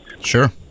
Sure